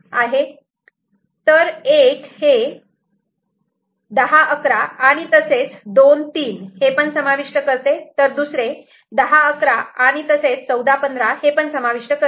तर एक हे 10 11 आणि तसेच 2 3 हे पण समाविष्ट करते तर दुसरे हे 10 11 आणि तसेच 14 15 हे पण समाविष्ट करते